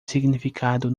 significado